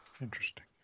Interesting